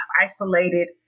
isolated